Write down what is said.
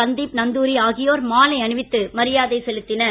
சந்தீப் நந்த்தூரி ஆகியோர் மாலை அணிவித்து மரியாதை செலுத்தினர்